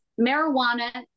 Marijuana